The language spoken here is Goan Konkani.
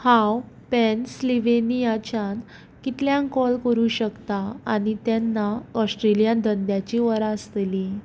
हांव पेनसिल्व्हेनियाच्यान कितल्यांक कॉल करूंक शकतां आनी तेन्ना ऑस्ट्रेलियांत धंद्याची वरां आसतलीं